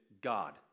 God